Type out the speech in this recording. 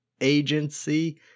agency